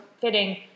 fitting